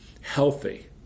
healthy